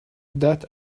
that